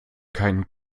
keinen